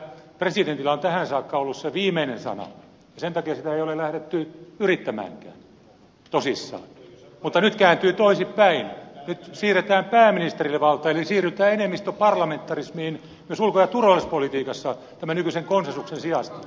nyt presidentillä on tähän saakka ollut se viimeinen sana ja sen takia sitä ei ole lähdetty yrittämäänkään tosissaan mutta nyt kääntyy toisinpäin nyt siirretään pääministerille valtaa eli siirrytään enemmistöparlamentarismiin myös ulko ja turvallisuuspolitiikassa nykyisen konsensuksen sijasta